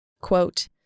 Quote